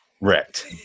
wrecked